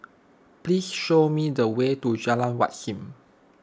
please show me the way to Jalan Wat Siam